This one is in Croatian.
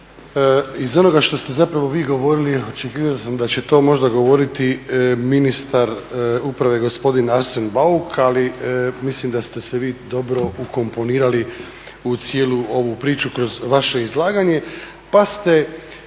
iz onoga što ste zapravo vi govorili očekivao sam da će to možda govoriti ministar uprave gospodin Arsen Bauk, ali mislim da ste se vi dobro ukomponirali u cijelu ovu priču kroz vaše izlaganje. Pa ste,